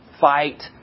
fight